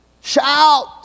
shout